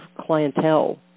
clientele